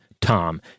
Tom